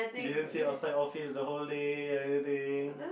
you didn't sit outside office the whole day or anything